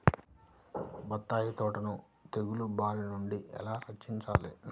బత్తాయి తోటను తెగులు బారి నుండి ఎలా రక్షించాలి?